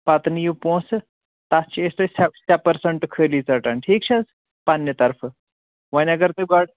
پتہٕ نِیو پوٗنٛسہٕ تَتھ چھ أسۍ تۄہہِ شےٚ شےٚ پٔرٛسنٹہٕ خألی ژٹان ٹھیٖک چھا حظ پننہِ طرفہٕ وۄنۍ اگر تُہۍ گۄڈٕ